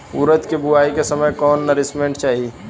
उरद के बुआई के समय कौन नौरिश्मेंट चाही?